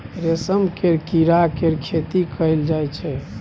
रेशम केर कीड़ा केर खेती कएल जाई छै